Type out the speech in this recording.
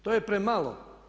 To je premalo.